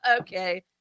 Okay